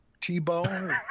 T-Bone